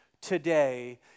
today